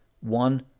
One-